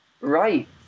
Right